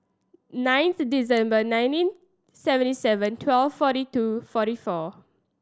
ninth December nineteen seventy seven twelve forty two forty four